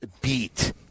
beat